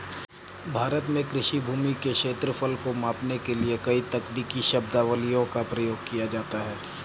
भारत में कृषि भूमि के क्षेत्रफल को मापने के लिए कई तकनीकी शब्दावलियों का प्रयोग किया जाता है